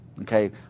Okay